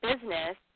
business